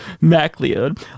MacLeod